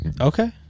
Okay